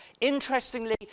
interestingly